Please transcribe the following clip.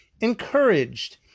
encouraged